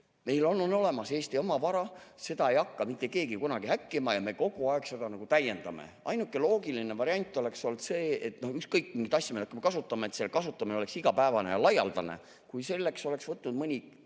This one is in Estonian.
meil on olemas Eesti oma [vaba]vara, seda ei hakka mitte keegi kunagi häkkima ja me kogu aeg seda täiendame. Ainuke loogiline variant oleks olnud see, et ükskõik milliseid asju me hakkame kasutama, selle kasutamine oleks igapäevane ja laialdane. Kui selle oleks [ette] võtnud mõni